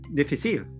difícil